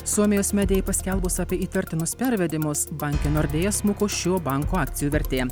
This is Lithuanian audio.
suomijos medijai paskelbus apie įtartinus pervedimus banke nordea smuko šio banko akcijų vertė